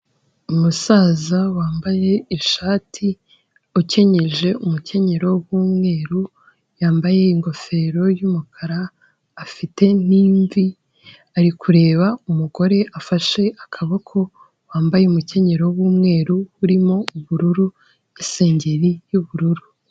Umusaza wambaye ishati ukenyeje umukenyero w'umweru, yambaye ingofero y'umukara afite n'imvi ari kureba umugore afashe akaboko, wambaye umukenyero w'umweru urimo ubururu isengeri y'ubururu.